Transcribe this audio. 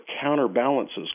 counterbalances